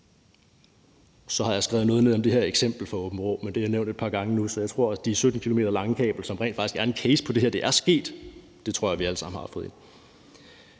Så har jeg skrevet noget ned om det her eksempel fra Aabenraa, men det er nævnt et par gange nu, og det 17 km lange kabel er rent faktisk også en case på, at det her er sket, og jeg tror også, vi alle sammen har fået det